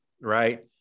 right